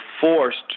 forced